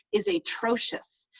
is atrocious,